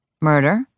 Murder